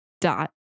dot